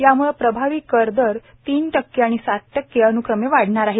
यामूळं प्रभावी कर दर तीन टक्के आणि सात टक्के अनुक्रमे वाढणार आहे